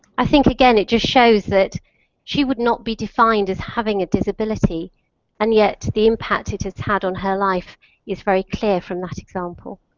i think again it just shows that she would not be defined as having a disability and yet the impact it has had on her life is very clear from that example.